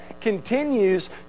continues